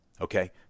okay